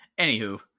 Anywho